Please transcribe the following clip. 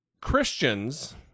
Christians